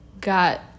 got